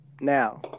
now